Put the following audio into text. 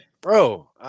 Bro